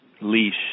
leash